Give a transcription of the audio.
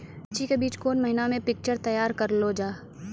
मिर्ची के बीज कौन महीना मे पिक्चर तैयार करऽ लो जा?